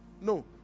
No